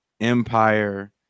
empire